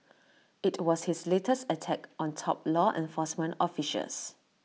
IT was his latest attack on top law enforcement officials